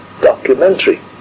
documentary